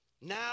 Now